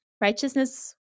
Righteousness